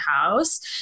house